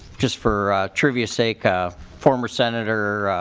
just for trivia say kind of former sen.